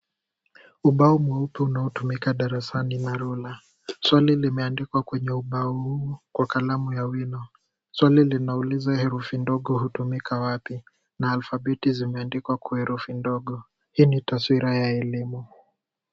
Ubao mweupe unaotumika darasani na rula. Swali limeandikwa kwenye ubao huu kwa wino. Swali linauliza herufi ndogo hutumika wapi na alfabeti zimeandikwa kwa herufi ndogo. Hii ni taswira ya elimu.